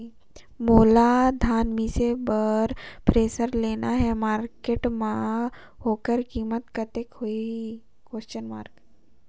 मोला धान मिसे बर थ्रेसर लेना हे मार्केट मां होकर कीमत कतेक होही?